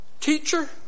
Teacher